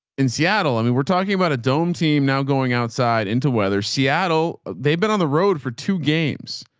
in seattle. i mean, we're talking about a dome team now going outside into weather seattle, they've been on the road for two games.